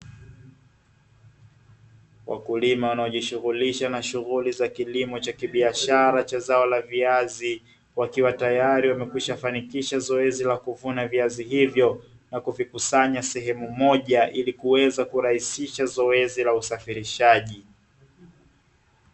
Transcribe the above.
Wakulima wanaojishughulisha na shughuli za kilimo cha kibiashara chazao la viazi, wakiwa tayari wamekwishafanikisha zoezi la kuvuna viazi hivyo na kuvikusanya sehemu moja ili kuweza kurahisisha zoezi la usafirishaji.